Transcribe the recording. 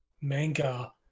manga